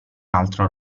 altro